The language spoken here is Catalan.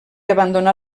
abandonar